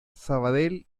sabadell